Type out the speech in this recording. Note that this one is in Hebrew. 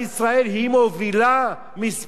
מספר אחת בעולם, באינטרנט.